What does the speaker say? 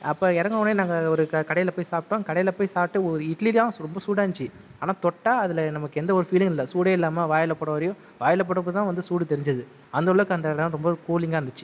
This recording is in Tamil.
அப்போ இறங்கின உடனே நாங்கள் ஒரு கடையில் போய் சாப்பிட்டோம் கடையில் போய் சாப்பிட்டு ஒரு இட்லி தான் ரொம்ப சூடாக இருந்துச்சு ஆனால் தொட்டால் அதில் நமக்கு எந்த ஒரு ஃபீலிங்கும் இல்லை சூடே இல்லாமல் வாயில் போடுற வரையும் வாயில் போடுறப்ப தான் வந்து சூடு தெரிஞ்சுது அந்த அளவுக்கு அந்த இடம் ரொம்ப கூலிங்காக இருந்துச்சு